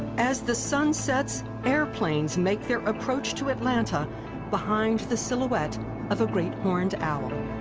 as the sun sets, airplanes make their approach to atlanta behind the silhouette of a great horned owl.